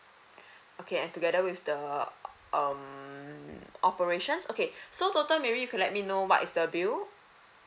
okay and together with the um operations okay so total maybe you could let me know what is the bill